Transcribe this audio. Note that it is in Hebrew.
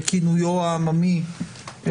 בכינויו המקורי,